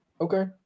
Okay